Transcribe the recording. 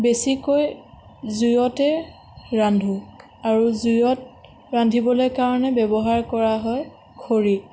বেছিকৈ জুইতে ৰান্ধোঁ আৰু জুইত ৰান্ধিবলৈ কাৰণে ব্যৱহাৰ কৰা হয় খৰি